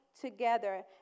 together